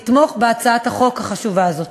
לתמוך בהצעת החוק החשובה הזאת.